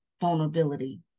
vulnerability